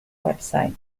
website